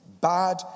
bad